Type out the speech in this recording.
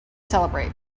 celebrate